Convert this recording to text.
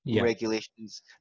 Regulations